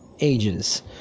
ages